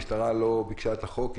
כי היא לא ביקשה את החוק,